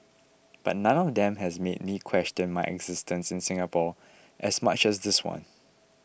but none of them has made me question my existence in Singapore as much this one